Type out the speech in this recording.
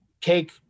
cake